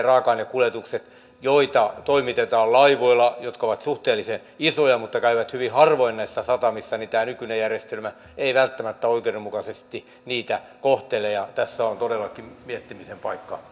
raaka ainekuljetuksia joita toimitetaan laivoilla ja jotka ovat suhteellisen isoja mutta käyvät hyvin harvoin näissä satamissa tämä nykyinen järjestelmä ei välttämättä oikeudenmukaisesti kohtele tässä on todellakin miettimisen paikka